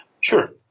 Sure